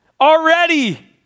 already